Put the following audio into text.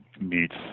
meets